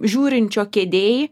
žiūrinčio kėdėj